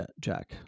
Jack